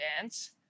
dance